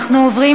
אנחנו עוברים